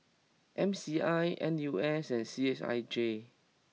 M C I N U S and C S I J